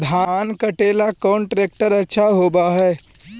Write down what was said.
धान कटे ला कौन ट्रैक्टर अच्छा होबा है?